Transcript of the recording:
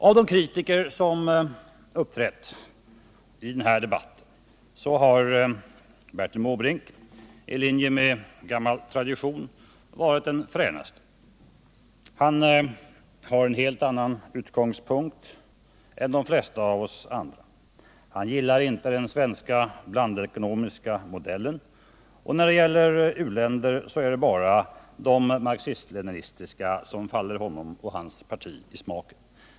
Av de kritiker som uppträtt i denna debatt har Bertil Måbrink, i linje med gammal tradition, varit den fränaste. Bertil Måbrink har en helt annan utgångspunkt än de flesta av oss andra. Han gillar inte den svenska blandekonomiska modellen, och när det gäller u-länder är det bara de marxist-leninistiska som faller Bertil Måbrink och hans parti i smaken.